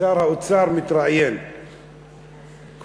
האוצר מתראיין אצל רזי ברקאי.